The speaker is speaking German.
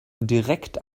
direkt